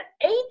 eight